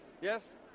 Yes